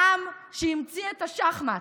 העם שהמציא את השחמט,